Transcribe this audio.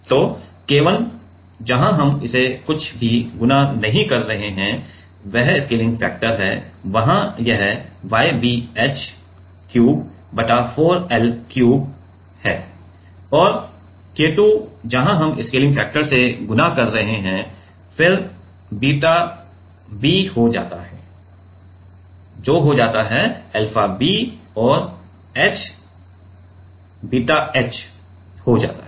तो K1 जहां हम इसमें कुछ भी गुणा नहीं कर रहे हैं वह स्केलिंग फैक्टर है वहां यह Y b h क्यूब बटा 4 l क्यूब और K2 होगा जहां हम स्केलिंग फैक्टर से गुणा कर रहे हैं फिर बीटा b हो जाता है जो हो जाता है अल्फा b और h बीटा h हो जाता है